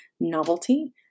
novelty